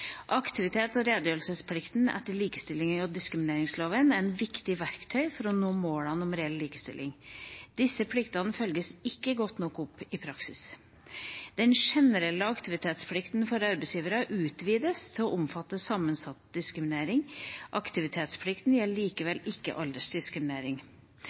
Aktivitets- og redegjørelsesplikten etter likestillings- og diskrimineringsloven er et viktig verktøy for å nå målene om reell likestilling. Disse pliktene følges ikke godt nok opp i praksis. Den generelle aktivitetsplikten for arbeidsgivere utvides til å omfatte sammensatt diskriminering. Aktivitetsplikten gjelder